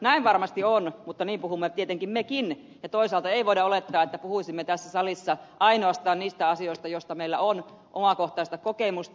näin varmasti on mutta niin puhumme tietenkin mekin ja toisaalta ei voida olettaa että puhuisimme tässä salissa ainoastaan niistä asioista joista meillä on omakohtaista kokemusta